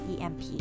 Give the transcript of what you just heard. EMP